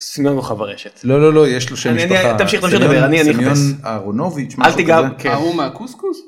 סינון רוחב הרשת לא לא לא יש לו שם.